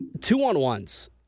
Two-on-ones